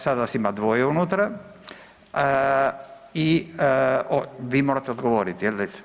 Sada vas ima dvoje unutra i vi morate odgovoriti, jel?